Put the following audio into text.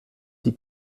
die